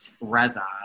Reza